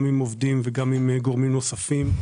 גם עם עובדים וגם עם גורמים נוספים.